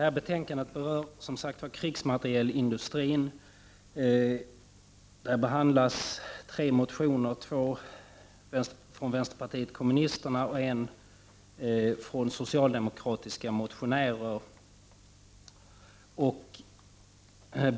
Fru talman! Detta betänkande berör krigsmaterielindustrin. I betänkandet behandlas tre motioner, två från vänsterpartiet kommunisterna och en från socialdemokratiska motionärer.